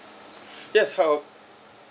yes how